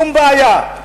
שום בעיה.